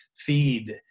feed